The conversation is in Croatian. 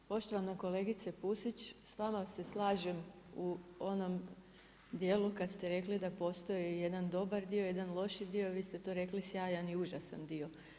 Poštovana kolegice Pusić, s vama se slažem u onom dijelu kad ste rekli da postoji jedan dobar dio jedan loši dio, vi ste to rekli sjajan i užasan dio.